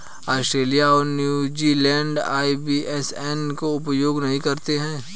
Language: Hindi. ऑस्ट्रेलिया और न्यूज़ीलैंड आई.बी.ए.एन का उपयोग नहीं करते हैं